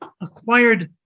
acquired